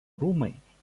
rūmai